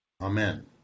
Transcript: Amen